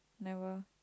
never